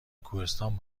کوهستان